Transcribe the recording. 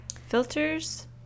filters